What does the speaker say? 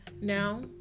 now